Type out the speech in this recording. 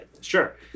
sure